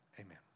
Amen